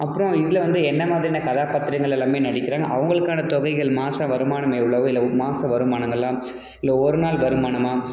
அப்புறம் இதில் வந்து என்ன மாதிரியான கதாபாத்திரங்கள் எல்லாமே நடிக்கிறாங்க அவங்களுக்கான தொகைகள் மாச வருமானம் எவ்வளவு இல்லை மாச வருமானங்களா இல்லை ஒரு நாள் வருமானமா